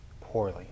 poorly